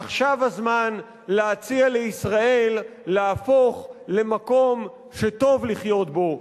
עכשיו הזמן להציע לישראל להפוך למקום שטוב לחיות בו,